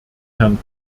herrn